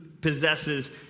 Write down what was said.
possesses